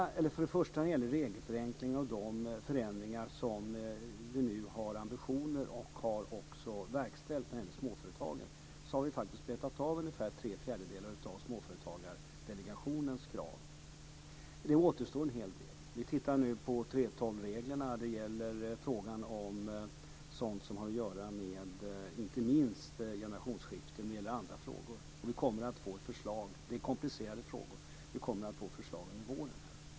När det först och främst gäller den regelförenkling och de förändringar för småföretagen som vi nu har ambitionen att göra, och som vi även har verkställt, har vi faktiskt betat av ungefär tre fjärdedelar av Småföretagardelegationens krav. Men det återstår en hel del. Vi tittar nu på 3:12-reglerna. Det gäller inte minst sådant som har att göra med generationsskiften och en del andra frågor. Det är komplicerade frågor, men vi kommer att få förslag under våren.